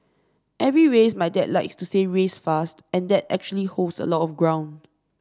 every race my dad likes to say race fast and that actually holds a lot of ground